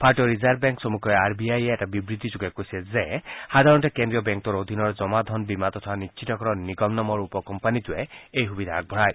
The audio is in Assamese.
ভাৰতীয় ৰিজাৰ্ভ বেংক চমুকৈ আৰ বি আয়ে এটা বিবৃতিযোগে কৈছে যে সাধাৰণতে কেন্ৰীয় বেংকটোৰ অধীনৰ জমা ধন বীমা তথা নিশ্চিতকৰণ নিগম নামৰ উপ কোম্পানীটোৱে এই সুবিধা আগবঢ়ায়